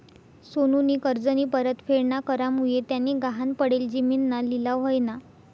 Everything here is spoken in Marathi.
सोनूनी कर्जनी परतफेड ना करामुये त्यानी गहाण पडेल जिमीनना लिलाव व्हयना